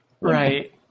Right